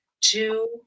two